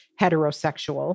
heterosexual